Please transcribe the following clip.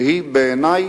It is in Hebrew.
שהיא, בעיני,